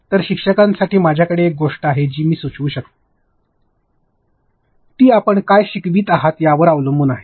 तर शिक्षकांसाठी माझ्याकडे एक गोष्ट आहे जी मी सुचवू शकते ती आपण काय शिकवीत आहात यावर अवलंबून आहे